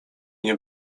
nie